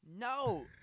No